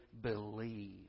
believe